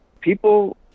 People